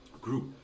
group